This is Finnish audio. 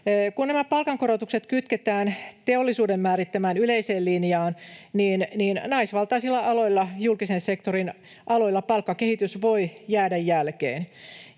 Kun nämä palkankorotukset kytketään teollisuuden määrittämään yleiseen linjaan, niin naisvaltaisilla aloilla, julkisen sektorin aloilla, palkkakehitys voi jäädä jälkeen,